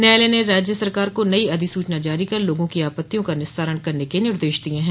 न्यायालय ने राज्य सरकार को नयी अधिसूचना जारी कर लोगो की आपत्तियों का निस्तारण करने के निर्देश दिये हैं